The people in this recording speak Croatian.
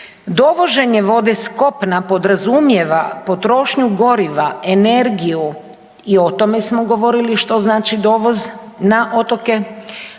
Dovoženje vode s kopna podrazumijeva potrošnju goriva, energiju i o tome smo govorili što znači dovoz na otoke,